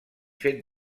fet